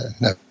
no